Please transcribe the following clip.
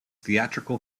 theatrical